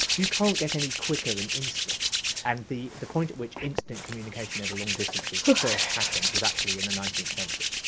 you can't get any quicker than instant and the the point at which instant communication over long distances first happened was actually in the nineteenth century.